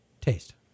Taste